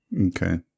Okay